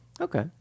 Okay